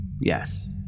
yes